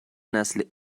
نسل